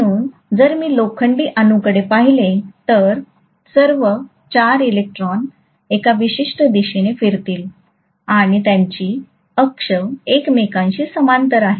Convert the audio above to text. म्हणून जर मी लोखंडी अणूकडे पाहिले तर सर्व 4 इलेक्ट्रॉन एका विशिष्ट दिशेने फिरतील आणि त्यांची अक्ष एकमेकांशी समांतर होत आहेत